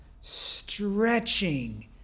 stretching